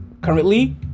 currently